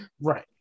right